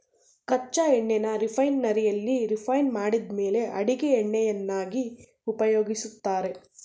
ಕಚ್ಚಾ ಎಣ್ಣೆನ ರಿಫೈನರಿಯಲ್ಲಿ ರಿಫೈಂಡ್ ಮಾಡಿದ್ಮೇಲೆ ಅಡಿಗೆ ಎಣ್ಣೆಯನ್ನಾಗಿ ಉಪಯೋಗಿಸ್ತಾರೆ